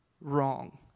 wrong